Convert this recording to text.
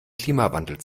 klimawandel